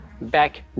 back